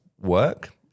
work